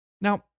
Now